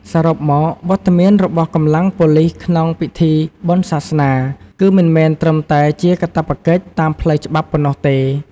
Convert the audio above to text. សរុបមក វត្តមានរបស់កម្លាំងប៉ូលិសក្នុងពិធីបុណ្យសាសនា គឺមិនមែនត្រឹមតែជាកាតព្វកិច្ចតាមផ្លូវច្បាប់ប៉ុណ្ណោះទេ។